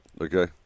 okay